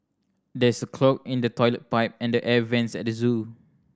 there is a clog in the toilet pipe and the air vents at the zoo